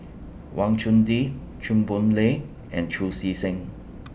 Wang Chunde Chew Boon Lay and Chu See Seng